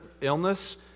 illness